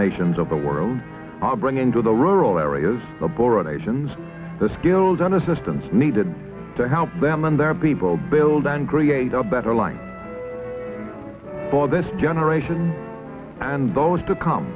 nations of the world bringing to the rural areas nations the skills on assistance needed to help them and their people build and create a better line for this generation and those to come